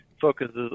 focuses